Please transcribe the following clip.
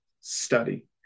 study